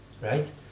right